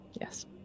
Yes